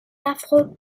affreux